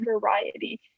variety